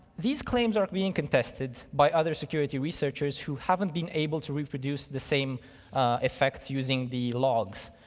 these claims are being contested by other security researchers who haven't been able to reproduce the same effects using the logs.